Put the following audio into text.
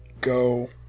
go